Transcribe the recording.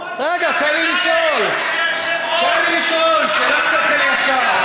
תן לי לשאול, שאלה קצת נדושה.